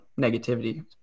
negativity